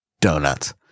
Donuts